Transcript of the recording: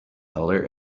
elder